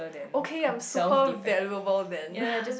okay I'm super valuable then